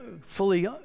fully